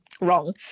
wrong